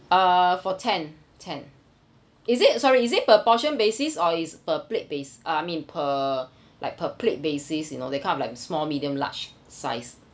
uh for ten ten is it sorry is it per portion basis or is per plate based uh I mean per like per plate basis you know that kind of like small medium large size